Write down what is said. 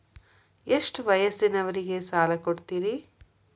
ಎಷ್ಟ ವಯಸ್ಸಿನವರಿಗೆ ಸಾಲ ಕೊಡ್ತಿರಿ?